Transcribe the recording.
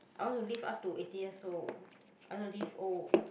I want to live up to eighty years old I want to live old